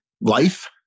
life